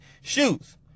shoes